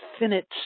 infinite